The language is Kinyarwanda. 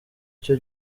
cyo